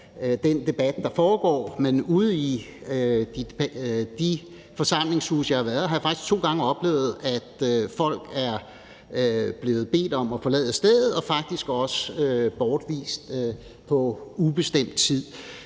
den debat, der foregår. Men ude i de forsamlingshuse, hvor jeg har været, har jeg faktisk to gange oplevet, at folk er blevet bedt om at forlade stedet og faktisk også er blevet bortvist på ubestemt tid.